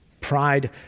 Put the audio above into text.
Pride